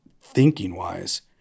thinking-wise